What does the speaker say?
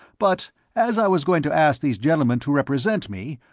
but as i was going to ask these gentlemen to represent me,